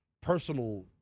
personal